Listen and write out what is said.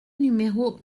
numéro